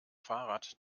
fahrrad